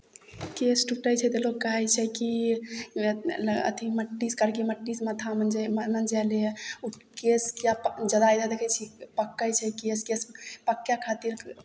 केश टूटै छै तऽ लोक कहै छै कि अथी मट्टीसँ करकी मट्टीसँ माथामे जे मँजै मँजै लिए ओ केश किए पक जादा इधर देखै छी पकै छै केश केश पकय खातिर